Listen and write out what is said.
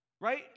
right